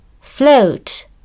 float